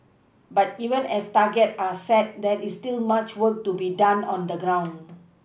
but even as targets are set there is still much work to be done on the ground